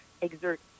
exert